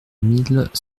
mille